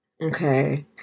okay